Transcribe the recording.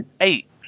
eight